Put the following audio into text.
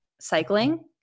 cycling